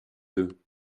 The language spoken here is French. deux